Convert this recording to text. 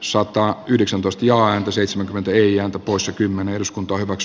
sota yhdeksäntoista ja aino seitsemänkymmentäneljä topossa kymmene uskon turks